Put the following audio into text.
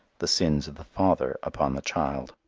the sins of the father upon the child.